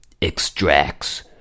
Extracts